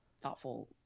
thoughtful